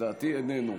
לדעתי הוא איננו.